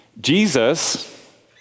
Jesus